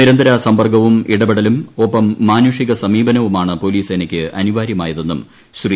നിരന്തര സമ്പർക്കവും ഇടപെടലും ഒപ്പം മാനുഷിക സമീപനവുമാണ് പോലീസ് സേനയ്ക്ക് അനിവാരൃമായതെന്നും ശ്രീ